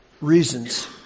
reasons